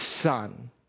son